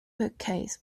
bookcase